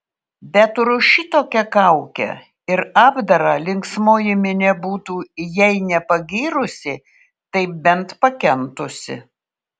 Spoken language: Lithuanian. bet ir už šitokią kaukę ir apdarą linksmoji minia būtų jei ne pagyrusi tai bent pakentusi